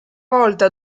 volta